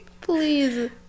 PLEASE